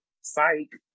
psych